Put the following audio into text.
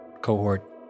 cohort